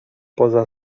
poza